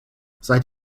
seid